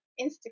Instagram